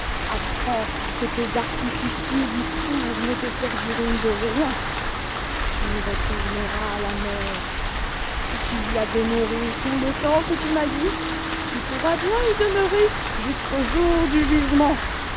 apprends que tes artificieux discours ne te serviront de rien tu retourneras à la mer si tu y as demeuré tout le temps que tu m'as dit tu pourras bien y demeurer jusqu'au jour du jugement